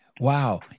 Wow